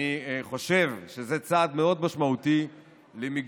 אני חושב שזה צעד מאוד משמעותי למיגור